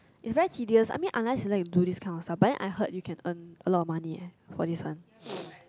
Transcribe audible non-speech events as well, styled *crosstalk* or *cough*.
it's very tedious I mean unless you like to do this kind of stuff but then I heard you can earn quite a lot of money eh for this one *noise*